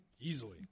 easily